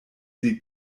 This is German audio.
sie